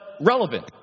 relevant